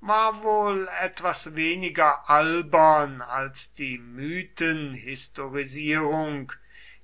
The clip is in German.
war wohl etwas weniger albern als die mythenhistorisierung